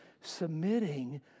submitting